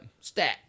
stat